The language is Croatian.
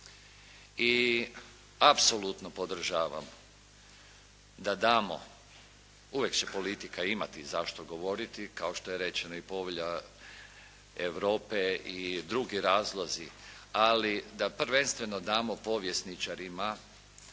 I apsolutno podržavam da damo, uvijek će politika imati zašto govoriti, kao što je rečena i Povelja Europe i drugi razlozi, ali da prvenstveno damo povjesničarima